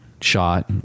shot